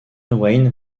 wayne